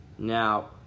Now